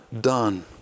done